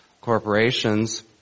corporations